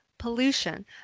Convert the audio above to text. pollution